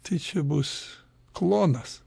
tai čia bus klonas